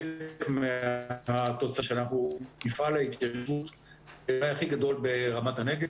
אנחנו מפעל ההתנדבות אולי הכי גדול ברמת הנגב.